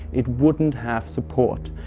it wouldn't have support.